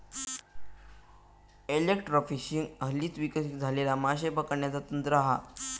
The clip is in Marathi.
एलेक्ट्रोफिशिंग हल्लीच विकसित झालेला माशे पकडण्याचा तंत्र हा